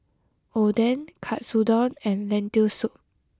Oden Katsudon and Lentil soup